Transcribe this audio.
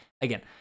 Again